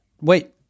Wait